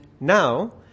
now